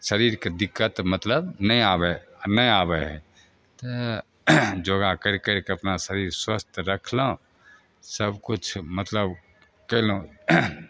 शरीर शके दिक्कत मतलब नहि आबै नहि आबै हइ तऽ योगा करि करिके अपना शरीर स्वस्थ रखलहुॅं सबकिछु मतलब कयलहुॅं